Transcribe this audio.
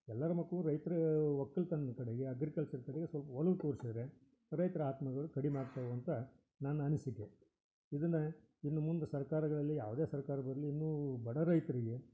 ಎಲ್ಲರ ಮಕ್ಕಳು ರೈತ್ರ ಒಕ್ಕಲುತನದ್ ಕಡೆಗೆ ಅಗ್ರಿಕಲ್ಚರ್ ಕಡೆಗೆ ಸ್ವಲ್ಪ ಒಲವು ತೋರಿಸಿದ್ರೆ ರೈತ್ರ ಆತ್ಮಗಳು ಕಡಿಮೆ ಆಗ್ತಾವೆ ಅಂತ ನನ್ನ ಅನಿಸಿಕೆ ಇದನ್ನು ಇನ್ನು ಮುಂದೆ ಸರ್ಕಾರಗಳಲ್ಲಿ ಯಾವುದೇ ಸರ್ಕಾರ ಬರಲಿ ಇನ್ನೂ ಬಡ ರೈತರಿಗೆ